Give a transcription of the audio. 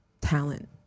talent